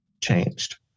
changed